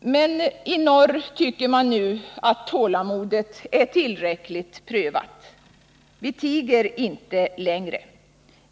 Men i norr tycker vi nu att vårt tålamod är tillräckligt prövat. Vi tiger inte längre.